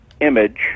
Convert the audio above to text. image